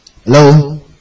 Hello